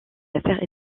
affaires